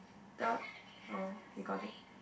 that one oh he got it